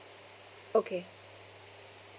okay